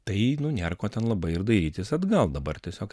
tai nu nėr ko ten labai ir dairytis atgal dabar tiesiog